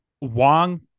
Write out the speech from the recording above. Wong